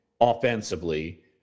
offensively